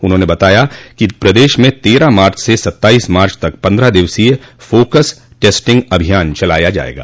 उन्होंने बताया कि प्रदेश में तेरह मार्च से सत्ताइस मार्च तक पन्द्रह दिवसीय फोकस टेस्टिंग अभियान चलाया जायेगा